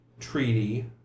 Treaty